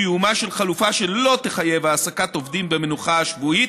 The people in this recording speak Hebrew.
קיומה של חלופה שלא תחייב העסקת עובדים במנוחה השבועית,